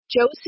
Josie